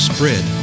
Spread